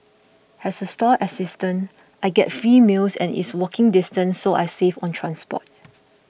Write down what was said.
as a stall assistant I get free meals and it's walking distance so I save on transport